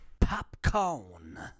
Popcorn